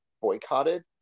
boycotted